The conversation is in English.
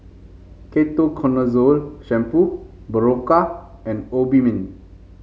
Ketoconazole Shampoo Berocca and Obimin